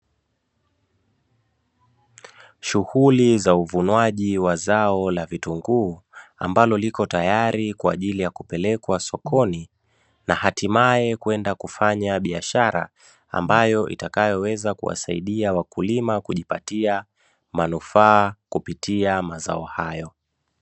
Shughuli za uvunwaji wa zao la vitunguu ambalo liko tayari kwa ajili ya kupelekwa sokoni, na hatimae kwenda kufanya biashara ambayo itakayoweza kuwasaidia wakulima kujipatia manufaa kupitia mazao hayo.